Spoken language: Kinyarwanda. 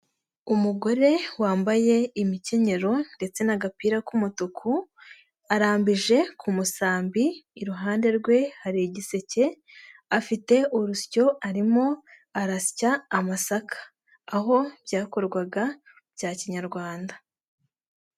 Umugore wambaye imikenyero ndetse n'agapira k'umutuku, arambije ku musambi iruhande rwe hari igiseke, afite urusyo arimo arasya amasaka aho byakorwaga bya kinyarwanda.